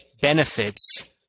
benefits